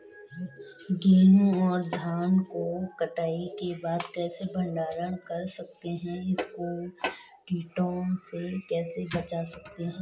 गेहूँ और धान को कटाई के बाद कैसे भंडारण कर सकते हैं इसको कीटों से कैसे बचा सकते हैं?